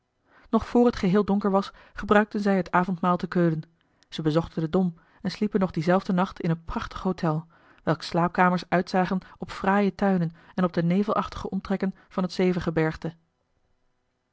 nog voor het geheel donker was gebruikten zij het avondmaal te keulen ze bezochten den dom en sliepen nog dien zelfden nacht in een prachtig hôtel welks slaapkamers uitzagen op fraaie tuinen en op de nevelachtige omtrekken van het